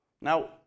Now